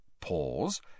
Pause